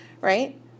Right